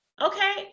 okay